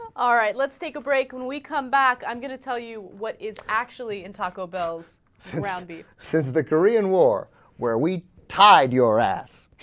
let's take a break when we come back i'm gonna tell you what is actually in taco bells ground beef says the korean war where we tied your ass